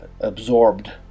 absorbed